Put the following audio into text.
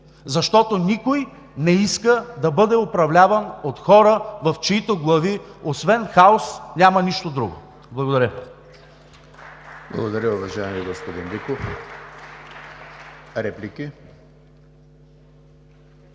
защото никой не иска да бъде управляван от хора, в чиито глави, освен хаос, няма нищо друго. Благодаря